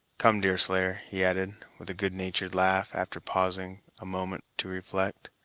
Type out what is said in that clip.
come, deerslayer, he added, with a good-natured laugh, after pausing a moment to reflect,